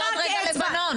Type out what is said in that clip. זה עוד רגע לבנון.